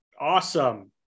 Awesome